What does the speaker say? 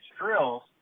drills